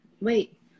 wait